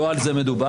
לא על זה מדובר.